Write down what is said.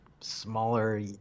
smaller